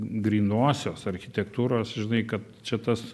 grynosios architektūros žinai kad čia tas